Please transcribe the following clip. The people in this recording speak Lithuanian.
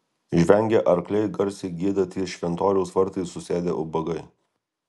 žvengia arkliai garsiai gieda ties šventoriaus vartais susėdę ubagai